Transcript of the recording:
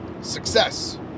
success